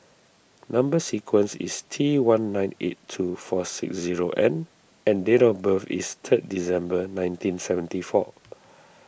Number Sequence is T one nine eight two four six zero N and date of birth is third December nineteen seventy four